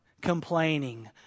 complaining